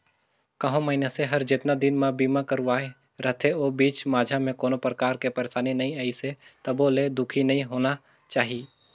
कहो मइनसे हर जेतना दिन बर बीमा करवाये रथे ओ बीच माझा मे कोनो परकार के परसानी नइ आइसे तभो ले दुखी नइ होना चाही